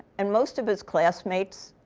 and most of his classmates